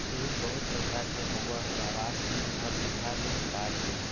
ऋण बहुत प्रकार के होबा हइ आवास ऋण, घर सुधार ऋण, कार ऋण